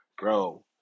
bro